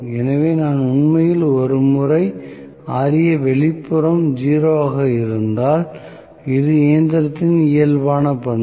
எனவே நான் உண்மையில் ஒரு முறை Ra வெளிப்புறம் 0 ஆக இருந்தால் இது இயந்திரத்தின் இயல்பான பண்பு